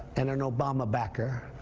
and an obama backer.